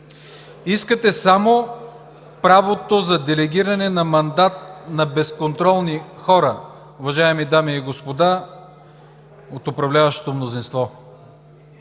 Искате само правото за делегиране на мандат на безконтролни хора, уважаеми дами и господа от управляващото мнозинство.